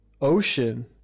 ocean